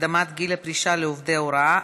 הקדמת גיל הפרישה לעובדי הוראה),